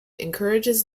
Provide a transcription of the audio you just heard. encourages